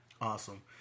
Awesome